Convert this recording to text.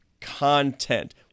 content